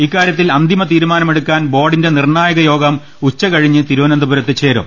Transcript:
ഇക്കാര്യത്തിൽ അന്തിമ തീരുമാനമെടുക്കാൻ ബോർഡിന്റെ നിർണായക യോഗം ഉച്ചകഴിഞ്ഞ് തിരുവനന്ത പുരത്ത് ചേരും